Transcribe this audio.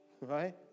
right